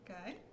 Okay